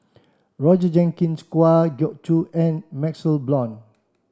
Roger Jenkins Kwa Geok Choo and MaxLe Blond